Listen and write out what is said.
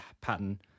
pattern